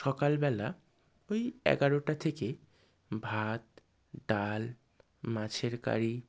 সকালবেলা ওই এগারোটা থেকে ভাত ডাল মাছের কারি